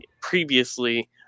previously